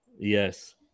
Yes